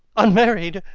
unmarried!